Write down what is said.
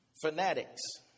fanatics